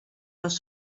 les